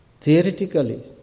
theoretically